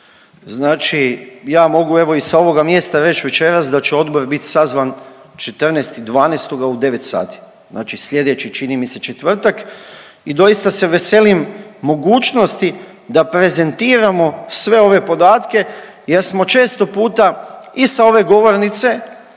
Znači ja mogu evo i sa ovoga mjesta reći večeras da će odbor biti sazvan 14.12. u 9 sati. Znači sljedeći čini mi se četvrtak i doista se veselim mogućnosti da prezentiramo sve ove podatke jer smo često puta i sa ove govornice,